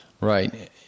Right